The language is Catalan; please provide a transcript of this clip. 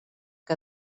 que